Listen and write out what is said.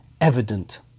evident